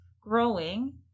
growing